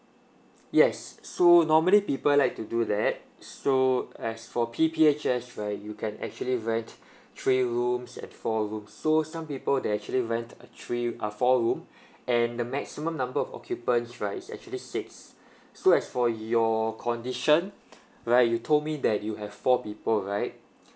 yes so normally people like to do that so as for P_P_H_S where you can actually rent three rooms and four rooms so some people they actually rent a three a four room and the maximum number of occupants right is actually six so as for your condition where you told me that you have four people right